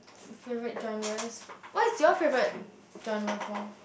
favourite genres what is your favourite genre for